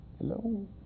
Hello